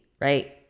right